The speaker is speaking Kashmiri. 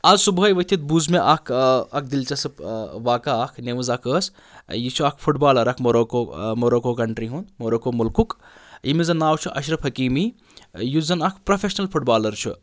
اَز صُبحٲے ؤتھِتھ بوٗز مےٚ اَکھ اَکھ دِلچسپ واقعہ اَکھ نِوٕز اَکھ ٲس یہِ چھُ اَکھ فُٹ بالَر اَکھ موٚروکو موٚروکو کَنٹرٛی ہُنٛد موٚروکو مُلکُک ییٚمِس زَن ناو چھُ اشرف حکیٖمی یُس زَن اَکھ پرٛوفٮ۪شنَل فُٹ بالَر چھُ